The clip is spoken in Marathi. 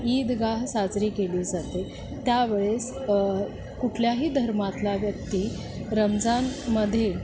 ईदगाह साजरी केली जाते त्यावेळेस कुठल्याही धर्मातला व्यक्ती रमजानमध्ये